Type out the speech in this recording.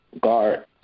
guard